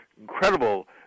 incredible